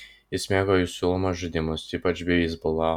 jis mėgo jų siūlomus žaidimus ypač beisbolą